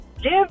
give